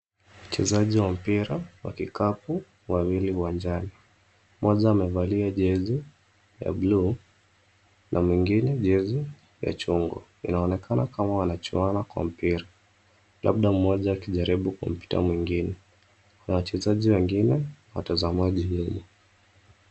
Wachezaji wa mpira wa kikapu wawili uwanjani. Mmoja amevalia jezi ya bluu na mwingine jezi ya chungwa. Inaonekana kama wanachuana kwa mpira, labda mmoja akijaribu kumpita mwingine. Na wachezaji wengine watazamaji yeye.